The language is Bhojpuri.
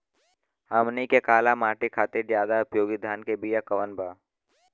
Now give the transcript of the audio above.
हमनी के काली माटी खातिर ज्यादा उपयोगी धान के बिया कवन बा?